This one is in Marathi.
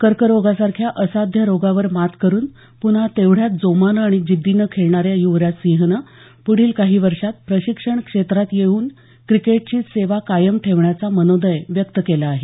कर्करोगासारख्या असाध्य रोगावर मात करून पुन्हा तेवढ्याच जोमानं आणि जिद्दीनं खेळणाऱ्या युवराजसिंहनं पुढील काही वर्षात प्रशिक्षण क्षेत्रात येवून क्रिकेटची सेवा कायम ठेवण्याचा मनोदय व्यक्त केला आहे